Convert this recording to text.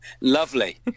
Lovely